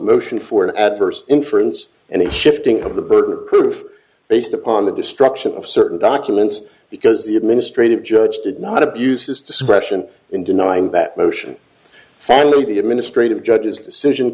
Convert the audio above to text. motion for an adverse inference and the shifting of the bird proof based upon the destruction of certain documents because the administrative judge did not abuse his discretion in denying that motion family the administrative judge as a decision